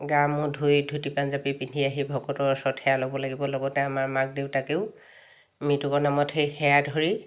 গা মূৰ ধুই ধূতি পাঞ্জাবি পিন্ধি আহি ভকতৰ ওচৰত সেৱা ল'ব লাগিব লগতে আমাৰ মাক দেউতাকেও মৃতকৰ নামত সেই সেৱা ধৰি